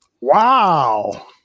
Wow